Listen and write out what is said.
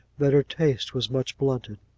that her taste was much blunted.